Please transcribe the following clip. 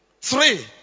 three